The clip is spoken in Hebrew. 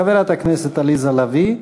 חברת הכנסת עליזה לביא.